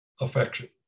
affection